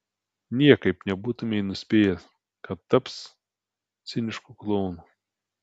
niekaip nebūtumei nuspėjęs kad taps cinišku klounu